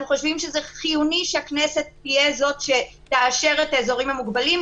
אנחנו חושבים שזה חיוני שהכנסת תהיה זו שתאשר את האזורים המוגבלים.